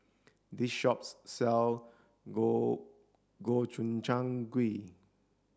this shops sell Gobchang Gui